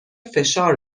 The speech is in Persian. فشار